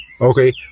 Okay